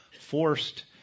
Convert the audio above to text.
forced